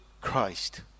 Christ